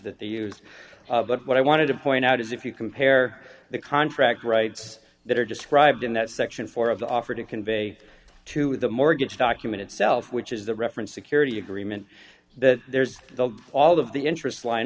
that they use but what i wanted to point out is if you compare the contract rights that are described in that section four of the offer to convey to the mortgage document itself which is the reference security agreement that there's the all of the interests lin